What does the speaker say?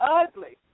ugly